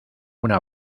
una